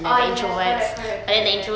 oh ya correct correct correct